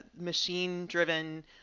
machine-driven